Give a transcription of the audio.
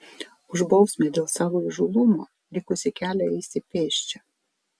už bausmę dėl savo įžūlumo likusį kelią eisi pėsčia